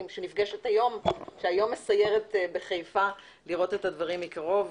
שהיום מסיירת בחיפה לראות את הדברים מקרוב.